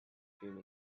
dream